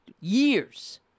years